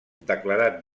declarat